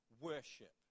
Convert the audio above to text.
worship